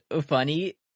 funny